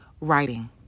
writing